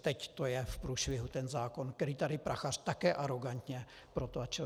Teď to je v průšvihu, ten zákon, který tady Prachař také arogantně protlačil.